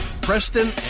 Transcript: preston